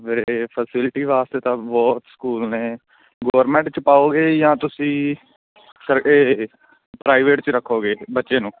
ਵੀਰੇ ਫੈਸਿਲਿਟੀ ਵਾਸਤੇ ਤਾਂ ਬਹੁਤ ਸਕੂਲ ਨੇ ਗਵਰਮੈਂਟ 'ਚ ਪਾਓਗੇ ਜਾਂ ਤੁਸੀਂ ਸਰ ਏ ਪ੍ਰਾਈਵੇਟ 'ਚ ਰੱਖੋਗੇ ਬੱਚੇ ਨੂੰ